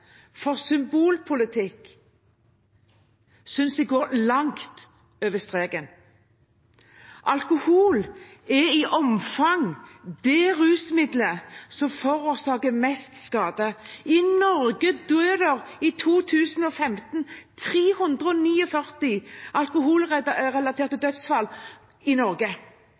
for symbolpolitikk synes jeg er å gå langt over streken. Alkohol er i omfang det rusmidlet som forårsaker mest skade. I 2015 var det 349 alkoholrelaterte dødsfall i